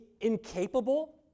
incapable